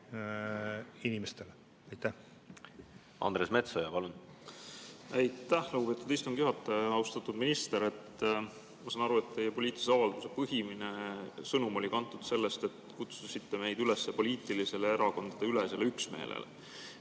Andres Metsoja, palun!